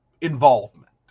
involvement